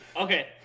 okay